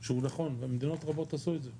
שהוא נכון וגם מדינות רבות עשו את זה,